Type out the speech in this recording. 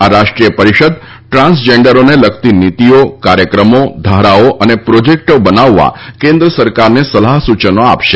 આ રાષ્ટ્રીય પરિષદ ટ્રાન્સજેન્ડરોને લગતી નીતિઓ કાર્યક્રમો ધારાઓ અને પ્રોજેક્ટો બનાવવા કેન્દ્ર સરકારને સલાહ સૂચનો આપશે